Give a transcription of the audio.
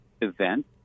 event